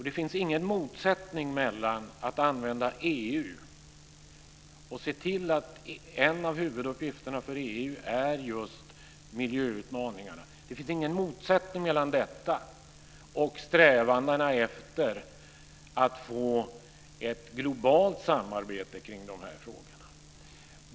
Det finns ingen motsättning mellan att använda EU, och se till att en av huvuduppgifterna för EU är just miljöutmaningarna, och strävandena efter att få ett globalt samarbete kring de här frågorna.